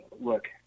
look